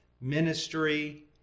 ministry